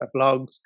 blogs